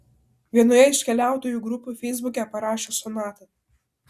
vienoje iš keliautojų grupių feisbuke parašė sonata